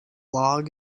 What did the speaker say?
log